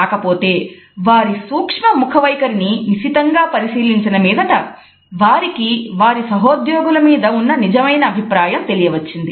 కాకపోతే వారి సూక్ష్మ ముఖ వైఖరిని నిశితంగా పరిశీలించిన మీదట వారికి వారి సహోద్యోగుల మీద ఉన్న నిజమైన అభిప్రాయం తెలియవచ్చింది